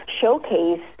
showcase